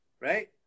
right